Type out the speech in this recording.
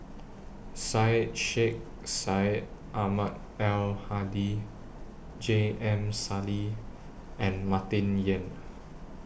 Syed Sheikh Syed Ahmad Al Hadi J M Sali and Martin Yan